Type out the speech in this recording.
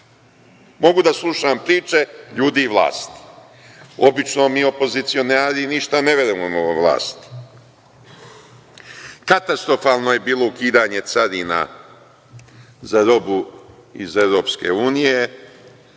Mogu da slušam priče ljudi i vlasti. Obično, mi opozicionari ništa ne verujemo novoj vlasti. Katastrofalno je bilo ukidanje carina za robu iz EU. Tadićev